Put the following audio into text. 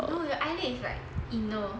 no the eyelid is like inner